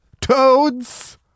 Toads